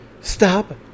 stop